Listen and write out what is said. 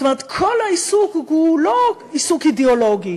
זאת אומרת, כל העיסוק הוא לא עיסוק אידיאולוגי